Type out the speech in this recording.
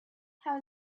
how